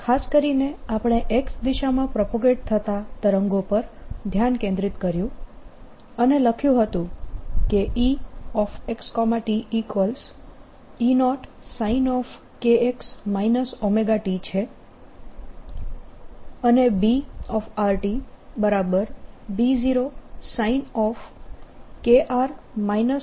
ખાસ કરીને આપણે X દિશામાં પ્રોપગેટ થતા તરંગો પર ધ્યાન કેન્દ્રિત કર્યું અને લખ્યું હતું કે ExtE0sin kx ωt છે અને BrtB0sin kr ωtϕ છે